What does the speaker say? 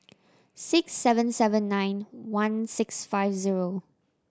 six seven seven nine one six five zero